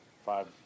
five